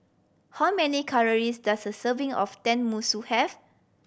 how many calories does a serving of Tenmusu have